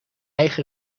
eigen